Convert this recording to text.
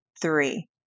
three